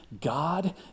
God